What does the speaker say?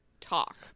talk